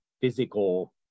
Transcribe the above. physical